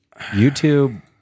YouTube